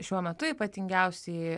šiuo metu ypatingiausi